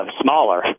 smaller